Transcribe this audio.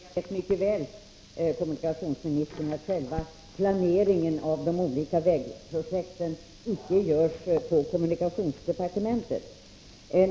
Herr talman! Jag vet mycket väl att själva planeringen av de olika vägprojekten inte görs i kommunikationsdepartementet.